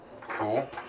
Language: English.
Cool